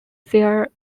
their